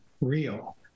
real